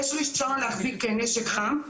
יש רישיון להחזיק נשק חם,